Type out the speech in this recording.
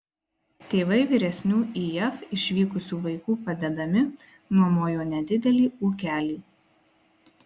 tėvai vyresnių į jav išvykusių vaikų padedami nuomojo nedidelį ūkelį